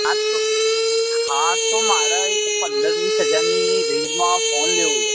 હા તો હા તો મારે એક પંદર વીસ હજારની રેંજમાં ફોન લેવો છે